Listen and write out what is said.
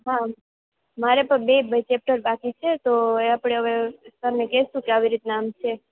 હા મારે તો બે જ ભાઈ ચેપ્ટર બાકી છે તો એ આપણે હવે સરને કહીશું કે આવી રીતના આમ છે